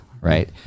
right